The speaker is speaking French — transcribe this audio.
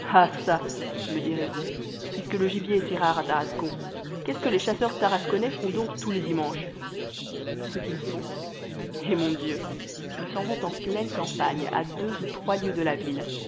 me direz-vous puisque le gibier est si rare à tarascon qu'est-ce que les chasseurs tarasconnais font donc tous les dimanches ce qu'ils font eh mon dieu ils s'en vont en pleine campagne à deux ou trois lieues de la ville